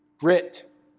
grit,